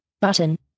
button